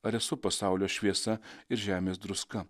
ar esu pasaulio šviesa ir žemės druska